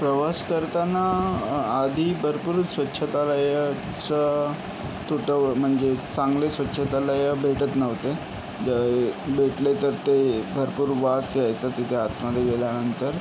प्रवास करताना आधी भरपूर स्वच्छतालयाचा तूटव म्हणजे चांगले स्वच्छतालयं भेटत नव्हते ज भेटले तर ते भरपूर वास यायचा तिथे आतमध्ये गेल्यानंतर